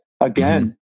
again